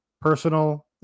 personal